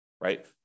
right